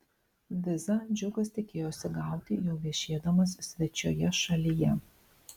vizą džiugas tikėjosi gauti jau viešėdamas svečioje šalyje